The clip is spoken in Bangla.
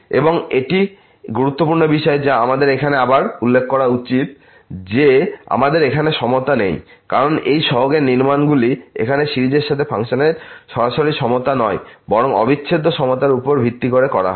এবং একটি গুরুত্বপূর্ণ বিষয় যা আমাদের এখানে আবার উল্লেখ করা উচিত যে আমাদের এখানে সমতা নেই কারণ এই সহগের এই নির্মাণগুলি এখানে সিরিজের সাথে ফাংশনের সরাসরি সমতা নয় বরং অবিচ্ছেদের সমতার উপর ভিত্তি করে করা হয়